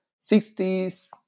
60s